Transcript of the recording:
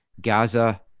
Gaza